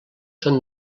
són